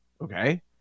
Okay